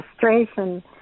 frustration